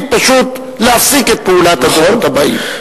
פשוט להפסיק את פעולת נציבות הדורות הבאים.